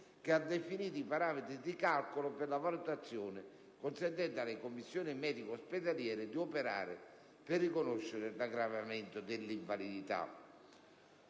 che ha definito i parametri dì calcolo per la valutazione, consentendo alle Commissioni mediche ospedaliere di operare per riconoscere l'aggravamento delle invalidità.